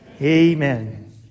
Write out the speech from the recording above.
amen